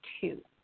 two